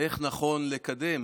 איך נכון לקדם